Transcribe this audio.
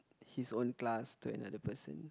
his own class to another person